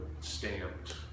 stamped